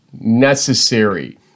necessary